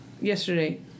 yesterday